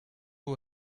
who